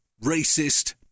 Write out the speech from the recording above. Racist